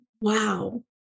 wow